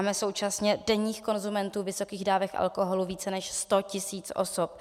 Máme současně denních konzumentů vysokých dávek alkoholu více než 100 tisíc osob.